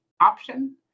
option